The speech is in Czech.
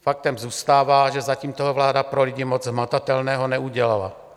Faktem zůstává, že zatím toho vláda pro lidi moc hmatatelného neudělala.